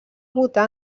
votar